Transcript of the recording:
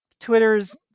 Twitter's